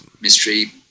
mystery